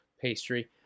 pastry